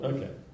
Okay